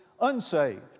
unsaved